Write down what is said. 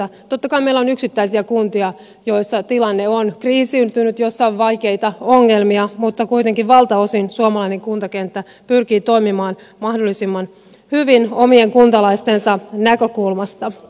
totta kai meillä on yksittäisiä kuntia joissa tilanne on kriisiintynyt joissa on vaikeita ongelmia mutta kuitenkin valtaosin suomalainen kuntakenttä pyrkii toimimaan mahdollisimman hyvin omien kuntalaistensa näkökulmasta